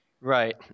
Right